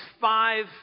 five